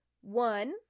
One